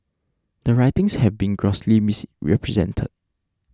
the writings have been grossly misrepresented